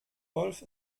wolf